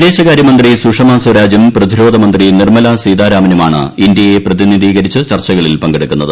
വിദേശകാര്യമന്ത്രി സുഷമാ സ്വരാജും പ്രതിരോധ് മന്ത്രി നിർമലാ സീതാരാമനുമാണ് ഇന്ത്യയെ പ്രതിനിധീകരിച്ച് ചർച്ചകളിൽ പങ്കെടുക്കുന്നത്